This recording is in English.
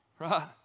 Right